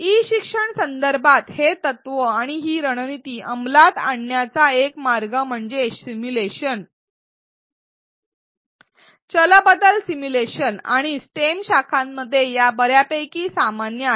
E शिक्षण संदर्भात हे तत्व आणि ही रणनीती अंमलात आणण्याचा एक मार्ग म्हणजे सिम्युलेशन चल बदल सिम्युलेशन आणि स्टेम शाखांमध्ये या बर्यापैकी सामान्य आहेत